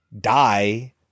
die